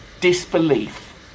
disbelief